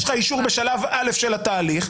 יש לך אישור בשלב א' של התהליך,